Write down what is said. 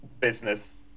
business